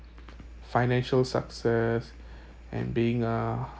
financial success and being a